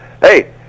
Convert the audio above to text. hey